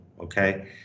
Okay